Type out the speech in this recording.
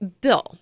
Bill